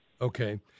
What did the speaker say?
Okay